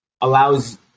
allows